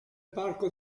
parco